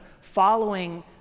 following